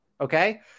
okay